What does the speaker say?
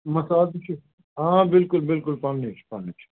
مَسالہٕ تہِ چھُ آ بِلکُل بِلکُل پَنٕنُے چھُ پَنٕنُے چھُ